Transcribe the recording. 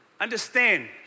Understand